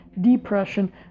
depression